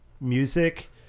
music